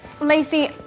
Lacey